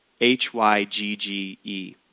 H-Y-G-G-E